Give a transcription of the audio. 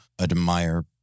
admire